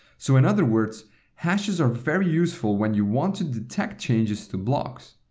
so in other words hashes are very useful when you want to detect changes to blocks.